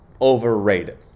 overrated